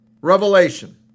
Revelation